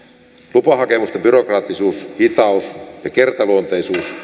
lupahakemusten byrokraattisuus hitaus ja kertaluonteisuus